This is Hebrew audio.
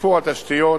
שיפור התשתיות,